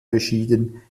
beschieden